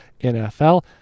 NFL